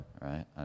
right